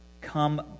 Come